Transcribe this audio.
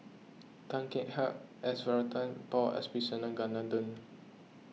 Tan Kek Hiang S Varathan Paul Abisheganaden